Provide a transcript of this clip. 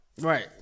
Right